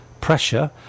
pressure